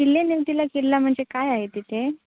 किल्ले निमतीला किल्ला म्हणजे काय आहे तिथे